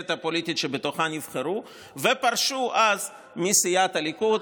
הפוליטית שבתוכה נבחרו ופרשו אז מסיעת הליכוד,